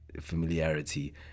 familiarity